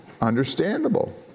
Understandable